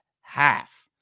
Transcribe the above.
half